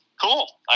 cool